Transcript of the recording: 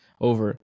over